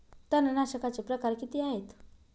तणनाशकाचे प्रकार किती आहेत?